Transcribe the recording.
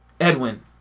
Edwin